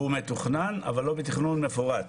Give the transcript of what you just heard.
הוא מתוכנן, אבל לא בתכנון מפורט,